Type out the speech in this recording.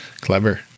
Clever